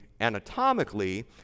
anatomically